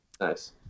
Nice